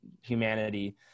humanity